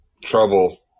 trouble